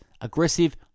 aggressive